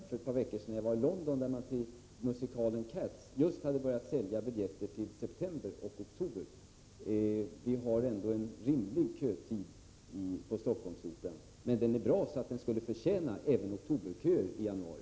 För ett par veckor sedan var jag i London och såg då att man just hade börjat sälja biljetter till musikalen Cats för septemberoch oktoberföreställningarna. Vid Stockholmsoperan har vi ändå en rimlig kötid, men föreställningarna är så bra att de skulle förtjäna oktoberköer i januari.